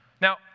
Now